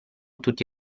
tutti